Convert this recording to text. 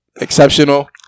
Exceptional